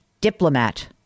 Diplomat